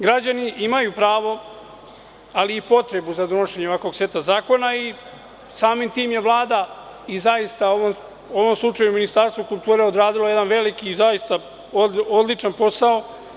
Građani imaju pravo, ali i potrebu, za donošenjem ovakvog seta zakona i samim tim je Vlada i, zaista, u ovom slučaju Ministarstvo kulture odradilo jedan veliki i odličan posao.